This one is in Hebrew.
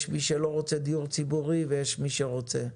יש מי שלא רוצה דיור ציבורי ויש מי שרוצה.